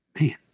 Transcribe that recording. Man